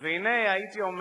והנה, הייתי אומר